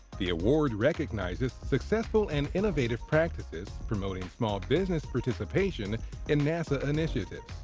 the award recognizes successful and innovative practices promoting small business participation in nasa initiatives.